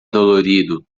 dolorido